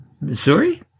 Missouri